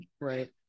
right